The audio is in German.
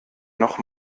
noch